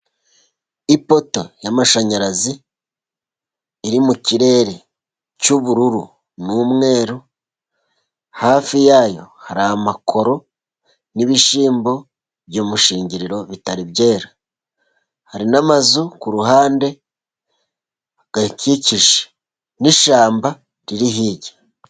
Ipota y'amashanyarazi, iri mu kirere cy'ubururu n'umweru, hafi yayo hari amakoro, n'ibishyimbo by'umushingiriro bitari byera. Hari n'amazu ku ruhande ayikikije, n'ishyamba riri hirya.